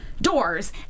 doors